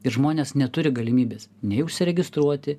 ir žmonės neturi galimybės nei užsiregistruoti